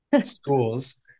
schools